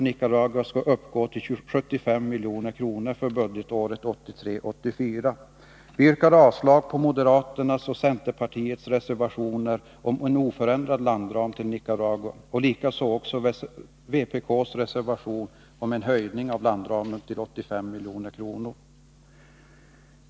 Vi yrkar avslag på moderaternas och centerpartiets reservationer om en oförändrad landram till Nicaragua och likaså till vpk:s reservation om en höjning av landramen till 85 miljoner.